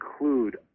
include